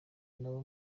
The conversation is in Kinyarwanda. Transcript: n’abo